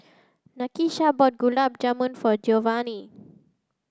Nakisha bought Gulab Jamun for Jovanni